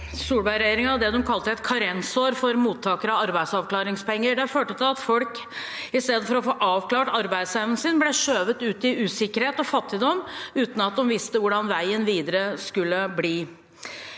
Solbergregjeringen det de kalte et karensår for mottakere av arbeidsavklaringspenger. Det førte til at folk i stedet for å få avklart arbeidsevnen sin, ble skjøvet ut i usikkerhet og fattigdom, uten at de visste hvordan veien videre skulle bli.